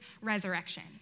resurrection